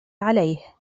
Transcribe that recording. عليه